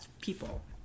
people